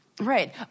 Right